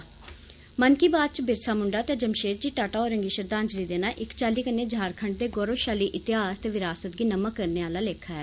'मन की बात' च 'बिरसा मुंडा' ते 'जमशेदजी टाटा' होरें गी श्रद्दांजलि देना इक चाल्ली कन्नै झारखण्ड दे गौरवशाली इतिहास ते विरासत गी नमन् करने आह्ला लेखा ऐ